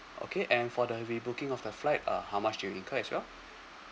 okay and for the rebooking of the flight uh how much do you incurred as well